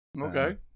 Okay